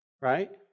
right